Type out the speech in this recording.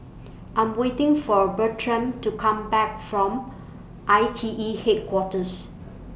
I Am waiting For Bertram to Come Back from I T E Headquarters